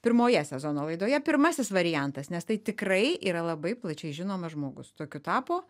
pirmoje sezono laidoje pirmasis variantas nes tai tikrai yra labai plačiai žinomas žmogus tokiu tapo